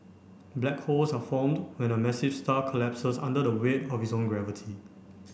black holes are formed when a massive star collapses under the weight of its own gravity